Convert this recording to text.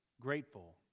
grateful